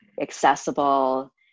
accessible